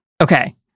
Okay